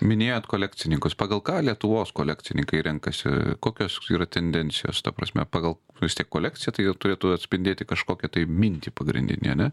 minėjot kolekcininkus pagal ką lietuvos kolekcininkai renkasi kokios yra tendencijos ta prasme pagal nu vis tiek kolekcija tai turėtų atspindėti kažkokią tai mintį pagrindinę ane